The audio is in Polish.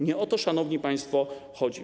Nie o to, szanowni państwo, chodzi.